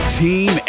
team